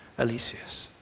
alesius,